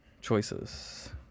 choices